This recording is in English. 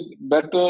better